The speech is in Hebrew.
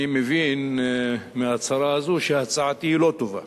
אני מבין מההצהרה הזאת שהצעתי היא לא טובה.